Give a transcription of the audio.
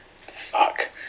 fuck